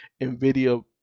NVIDIA